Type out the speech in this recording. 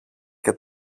και